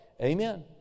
amen